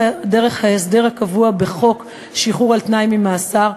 ההסדר הקבוע בחוק שחרור על-תנאי ממאסר,